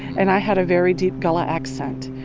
and i had a very deep gullah accent,